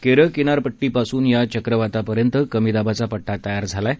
केरळ किनारपट्टीपासून या चक्रवातापर्यंत कमी दाबाचा पट्टा तयार झाला आहे